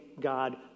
God